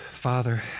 Father